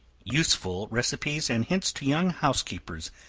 useful receipts, and hints to young housekeepers.